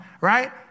right